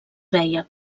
veia